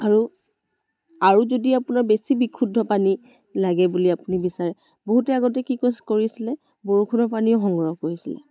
আৰু আৰু যদি আপোনাৰ বেছি বিশুদ্ধ পানী লাগে বুলি আপুনি বিচাৰে বহুতে আগতে কি কছে কৰিছিলে বৰষুণৰ পানীও সংগ্ৰহ কৰিছিলে